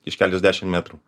iš keliasdešim metrų